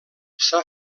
s’ha